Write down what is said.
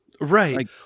Right